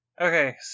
Okay